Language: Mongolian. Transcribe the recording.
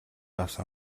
авсан